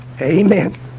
amen